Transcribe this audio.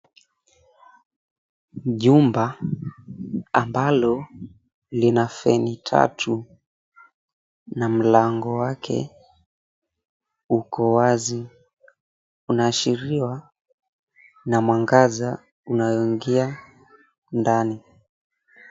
Jumba ambalo lina feni tatu na mlango wake uko wazi inaashiriwa na mwangaza unayoingia ndani.